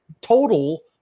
total